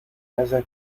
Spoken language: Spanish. haya